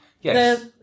Yes